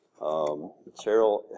Cheryl